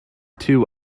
two